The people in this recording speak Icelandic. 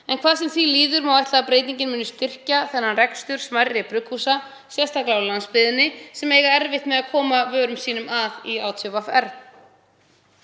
En hvað sem því líður má ætla að breytingin muni styrkja rekstur smærri brugghúsa, sérstaklega á landsbyggðinni, sem eiga erfitt með að koma vörum sínum að í ÁTVR.